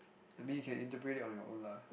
I mean you can interpret it on your own lah